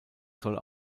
soll